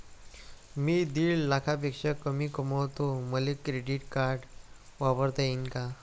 मी दीड लाखापेक्षा कमी कमवतो, मले क्रेडिट कार्ड वापरता येईन का?